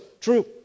True